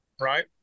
right